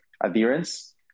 adherence